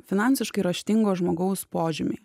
finansiškai raštingo žmogaus požymiai